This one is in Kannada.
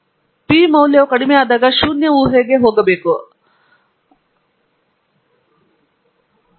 ಪು ಮೌಲ್ಯವು ಕಡಿಮೆಯಾದಾಗ ಶೂನ್ಯ ಊಹೆಯು ಹೋಗಬೇಕು ಆದುದರಿಂದ ಓಗುನ್ನೈಕೆಯ ಪುಸ್ತಕದಲ್ಲಿ ನೀವು ಕಾಣುವ ಒಂದು ಉತ್ತಮವಾದ ನುಡಿಗಟ್ಟು ಇದು